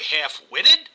half-witted